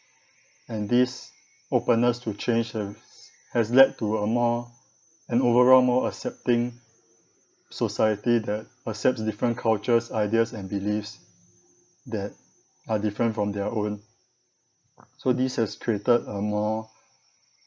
and this openness to change has has led to a more an overall more accepting society that accepts different cultures ideas and beliefs that are different from their own so this has created a more